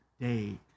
day